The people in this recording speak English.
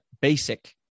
Basic